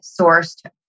sourced